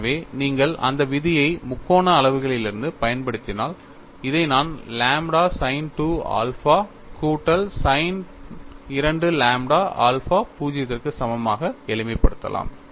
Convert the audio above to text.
எனவே நீங்கள் அந்த விதியை முக்கோண அளவிலிருந்து பயன்படுத்தினால் இதை நான் லாம்ப்டா sin 2 ஆல்பா கூட்டல் sin 2 லாம்ப்டா ஆல்பா 0 க்கு சமமாக எளிமைப்படுத்தலாம்